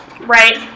right